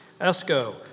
ESCO